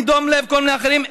מדום לב וכל מיני אחרים,